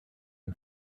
him